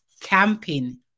camping